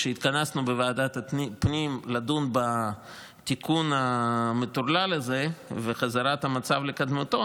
כשהתכנסנו בוועדת הפנים לדון בתיקון המטורלל הזה וחזרת המצב לקדמותו,